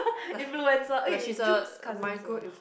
influencer eh Jude's cousin also